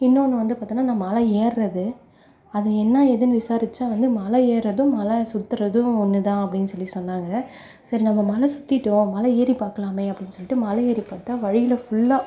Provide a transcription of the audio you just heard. இன்னொன்று வந்து பார்த்தோன்னா அந்த மலை ஏறுறது அது என்ன ஏதுன்னு விசாரித்தா வந்து மலை ஏறுறதும் மலை சுற்றுறதும் ஒன்று தான் அப்படின்னு சொல்லி சொன்னாங்க சரி நம்ம மலை சுற்றிட்டோம் மலை ஏறி பார்க்கலாமே அப்டின்னு சொல்லிட்டு மலை ஏறிப்பார்த்தா வழியில் ஃபுல்லாக